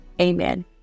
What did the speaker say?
amen